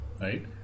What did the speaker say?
right